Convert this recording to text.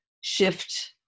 shift